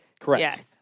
correct